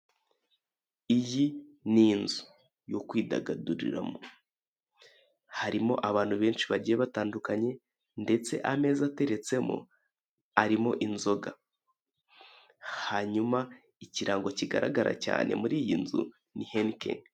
Iyi ni inzu yo kwidagaduriramo. Harimo abantu benshi bagiye batandukanye ndetse ameza ateretsemo arimo inzoga, hanyuma ikirango kigaragara cyane muri iyi nzu ni Henikeni.